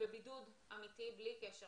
בבידוד אמיתי, בלי קשר